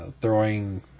throwing